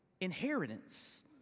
inheritance